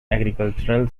agricultural